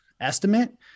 estimate